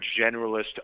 generalist